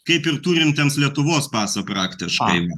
kaip ir turintiems lietuvos pasą praktiškai